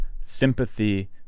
sympathy